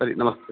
ಸರಿ ನಮಸ್ತೆ